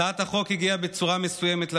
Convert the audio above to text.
הצעת החוק הגיעה בצורה מסוימת לוועדה.